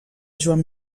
joan